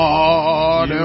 Lord